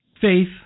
Faith